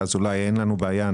אין לנו בעיה.